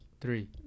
three